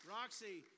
Roxy